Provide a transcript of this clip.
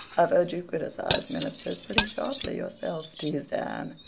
i've heard you criticise ministers pretty sharply yourself, teased anne.